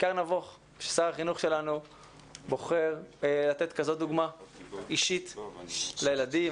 ששר החינוך שלנו בוחר לתת כזאת דוגמא אישית לילדים,